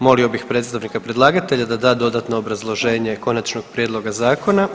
Molio bih predstavnika predlagatelja da da dodatno obrazloženje konačnog prijedloga zakona.